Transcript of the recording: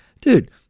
dude